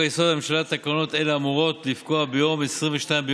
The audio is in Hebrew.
תוקפן של תקנות שעת חירום (נגיף הקורונה החדש,